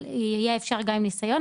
יהיה אפשר גם עם ניסיון,